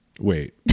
Wait